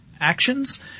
actions